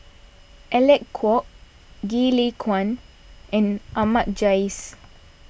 Alec Kuok Goh Lay Kuan and Ahmad Jais